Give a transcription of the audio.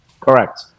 Correct